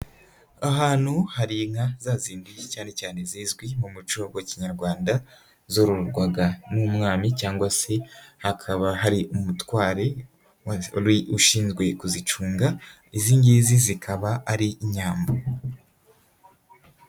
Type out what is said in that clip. Ahantu hari inka zazindi cyane cyane zizwi mu muco wa kinyarwanda zororwaga n'umwami cyangwa se hakaba hari umutware wari ushinzwe kuzicunga, izi ingizi zikaba ari inyambo.